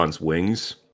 wings